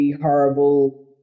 horrible